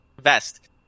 vest